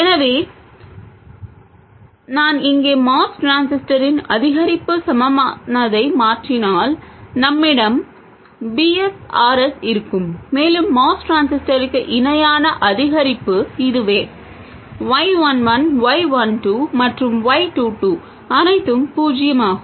எனவே நான் இங்கே MOS டிரான்சிஸ்டரின் அதிகரிப்புக்குச் சமமானதை மாற்றினால் நம்மிடம் V S R S இருக்கும் மேலும் MOS டிரான்சிஸ்டருக்கு இணையான அதிகரிப்பு இதுவே y 1 1 y 1 2 மற்றும் y 2 2 அனைத்தும் பூஜ்ஜியமாகும்